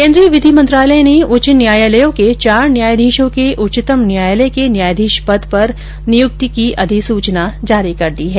केन्द्रीय विधि मंत्रालय ने उच्च न्यायालयों के चार न्यायाधीशों के उच्चतम न्यायालय के न्यायाधीश पद पर नियुक्ति की अधिसूचना जारी कर दी है